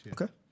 Okay